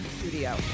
Studio